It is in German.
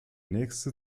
nächste